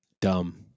dumb